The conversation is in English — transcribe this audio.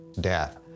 death